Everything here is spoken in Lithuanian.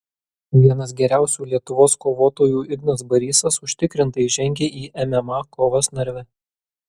vienas geriausių lietuvos kovotojų ignas barysas užtikrintai žengė į mma kovas narve